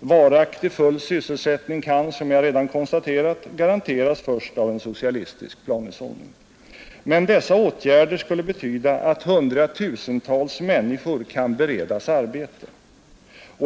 Varaktig full sysselsättning kan, som jag redan — Nr 118 konstaterat, garanteras först av en socialistisk planhushållning. Men dessa åtgärder skulle betyda att hundratusentals människor kan beredas arbete.